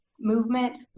movement